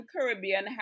Caribbean